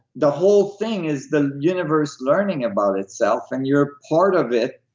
the whole thing is the universe learning about itself and you're part of it.